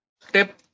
step